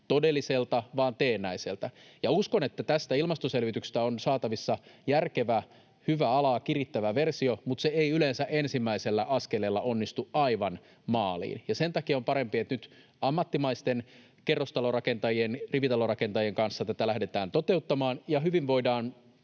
todelliselta vaan teennäiseltä. Uskon, että tästä ilmastoselvityksestä on saatavissa järkevä, hyvä alaa kirittävä versio, mutta se ei yleensä ensimmäisellä askeleella onnistu aivan maaliin. Sen takia on parempi, että nyt ammattimaisten kerrostalorakentajien, rivitalorakentajien kanssa tätä lähdetään toteuttamaan, ja hyvin voidaan